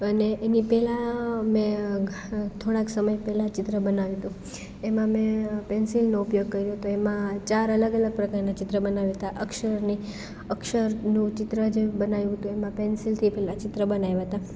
અને એની પહેલા મેં થોડાક સમય પહેલા ચિત્ર બનાવ્યું હતું એમાં મેં પેન્સિલનો ઉપયોગ કર્યો તો એમાં ચાર અલગ અલગ પ્રકારના ચિત્ર બનાવ્યા હતા અક્ષરની અક્ષરનું ચિત્ર જે બનાવ્યું હતું એમાં પેન્સિલથી પહેલા ચિત્ર બનાવ્યા હતા